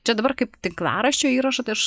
čia dabar kaip tinklaraščių įrašų tai aš